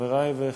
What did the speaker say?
חברי וחברותי,